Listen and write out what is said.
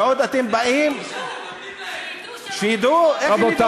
ועוד אתם באים, שידעו, שידעו.